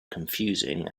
confusing